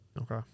Okay